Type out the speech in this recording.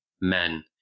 men